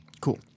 Cool